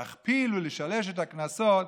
להכפיל ולשלש את הקנסות,